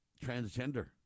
transgender